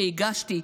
שהגשתי,